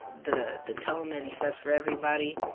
the the tone that he sets for everybody.